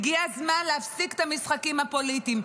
הגיע הזמן להפסיק את המשחקים הפוליטיים.